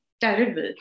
terrible